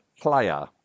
player